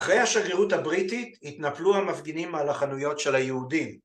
אחרי השגרירות הבריטית, התנפלו המפגינים על החנויות של היהודים.